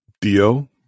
Dio